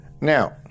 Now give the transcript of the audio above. Now